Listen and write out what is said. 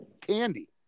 candy